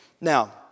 Now